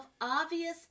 obvious